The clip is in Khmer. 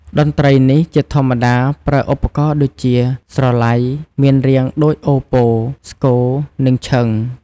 តន្ត្រីនេះជាធម្មតាប្រើឧបករណ៍ដូចជា ស្រឡៃ មានរាងដូចអូប៉ូ ស្គរ និងឈិង។